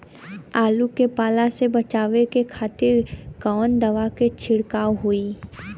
आलू के पाला से बचावे के खातिर कवन दवा के छिड़काव होई?